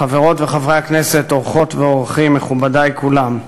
חברות וחברי הכנסת, אורחות ואורחים, מכובדי כולם,